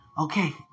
Okay